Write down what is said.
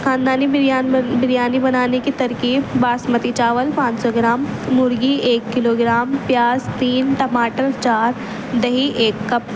خاندانی بریانی بنانے کی ترکیب باسمتی چاول پانچ سو گرام مرغی ایک کلو گرام پیاز تین ٹماٹر چار دہی ایک کپ